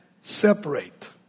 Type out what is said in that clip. separate